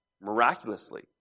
miraculously